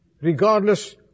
regardless